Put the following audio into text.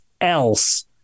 else